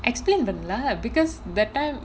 explain பண்லா:panlaa because that time